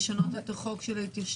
אולי צריך לשנות את החוק של ההתיישנות.